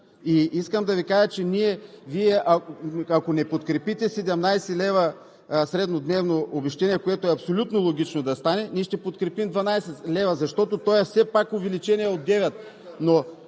И искам да Ви кажа, че Вие, ако не подкрепите 17 лв. среднодневно обезщетение, което е абсолютно логично да стане, ние ще подкрепим 12 лв., защото то е все пак увеличение от 9